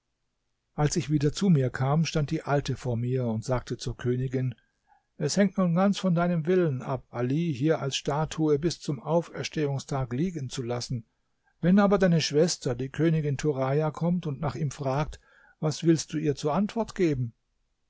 als ich wieder zu mir kam stand die alte vor mir und sagte zur königin es hängt nun ganz von deinem willen ab ali hier als statue bis zum auferstehungstag liegen zu lassen wenn aber deine schwester die königin turaja kommt und nach ihm fragt was willst du ihr zur antwort geben